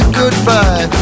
goodbye